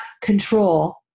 control